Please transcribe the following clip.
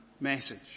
message